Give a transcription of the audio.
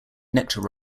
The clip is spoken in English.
nectar